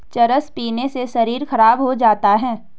चरस पीने से शरीर खराब हो जाता है